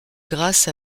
grâce